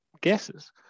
guesses